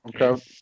Okay